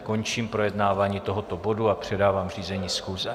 Končím projednávání tohoto bodu a předávám řízení schůze.